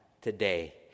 today